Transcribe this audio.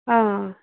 آ آ